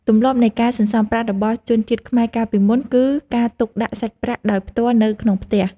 ទម្លាប់នៃការសន្សំប្រាក់របស់ជនជាតិខ្មែរកាលពីមុន គឺការទុកដាក់សាច់ប្រាក់ដោយផ្ទាល់នៅក្នុងផ្ទះ។